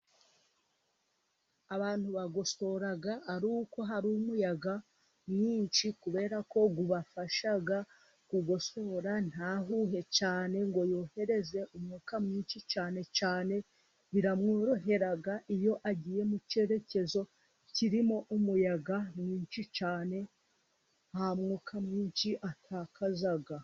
Abantu bagosora aruko hari umuyaga mwinshi, kubera ko ubafasha kugosora ntahuhe cyane ngo yohereze umwuka mwinshi cyane cyane. Biramworohera iyo agiye mu cyerekezo kirimo umuyaga mwinshi cyane, nta mwuka mwinshi atakaza.